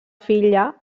filla